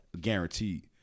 guaranteed